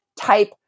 type